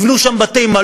ייבנו שם בתי-מלון,